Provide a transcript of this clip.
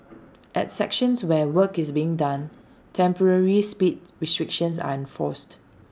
at sections where work is being done temporary speed restrictions are enforced